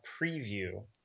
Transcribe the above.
preview